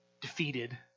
defeated